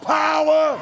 power